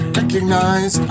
recognize